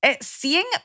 seeing